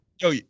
Yo